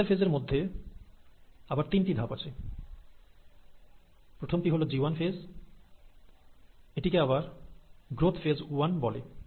এই ইন্টারফেসের মধ্যে আবার তিনটি ধাপ আছে প্রথমটি হল জি ওয়ান ফেস এটিকে আবার গ্রোথ ফেজ ওয়ান বলে